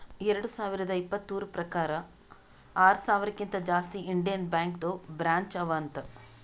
ಎರಡು ಸಾವಿರದ ಇಪ್ಪತುರ್ ಪ್ರಕಾರ್ ಆರ ಸಾವಿರಕಿಂತಾ ಜಾಸ್ತಿ ಇಂಡಿಯನ್ ಬ್ಯಾಂಕ್ದು ಬ್ರ್ಯಾಂಚ್ ಅವಾ ಅಂತ್